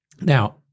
Now